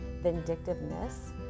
vindictiveness